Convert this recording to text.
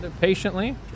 patiently